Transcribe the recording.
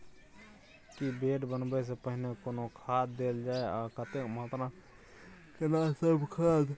की bed बनबै सॅ पहिने कोनो खाद देल जाय आ कतेक मात्रा मे केना सब खाद?